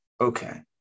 Okay